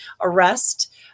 arrest